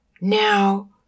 Now